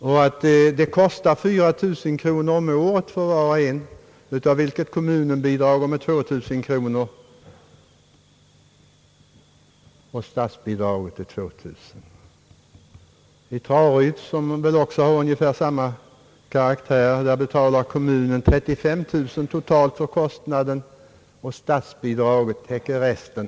Verksamheten kostar 4 000 kronor om året för var och en. Kommunen bidrar med 2000 kronor, och statsbidraget uppgår till 2 000 kronor. Till verkstaden i Traryd, som har ungefär samma karaktär, betalar kommunen 35000 kronor av kostnaderna och statsbidrag täcker resten.